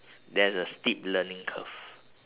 there's a steep learning curve